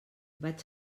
vaig